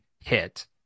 hit